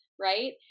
Right